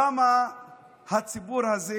למה הציבור הזה